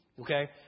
Okay